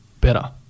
better